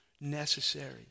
necessary